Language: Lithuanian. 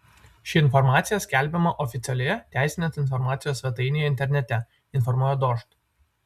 ši informacija skelbiama oficialioje teisinės informacijos svetainėje internete informuoja dožd